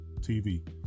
tv